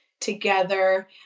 together